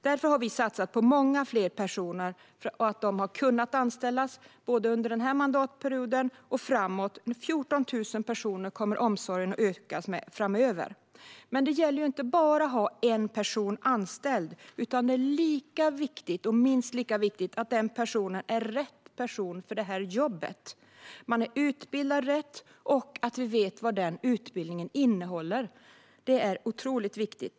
Därför har vi under den här mandatperioden satsat på att anställa många fler, och det gäller även framåt. Omsorgen kommer att öka med 14 000 personer framöver. Men det gäller inte bara att ha en person anställd, utan det är minst lika viktigt att den personen är rätt person för jobbet, har rätt utbildning och att vi vet vad utbildningen innehåller. Det är otroligt viktigt.